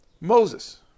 Moses